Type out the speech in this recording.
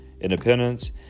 Independence